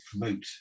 promote